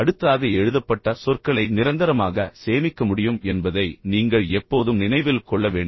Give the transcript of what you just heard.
அடுத்ததாக எழுதப்பட்ட சொற்களை நிரந்தரமாக சேமிக்க முடியும் என்பதை நீங்கள் எப்போதும் நினைவில் கொள்ள வேண்டும்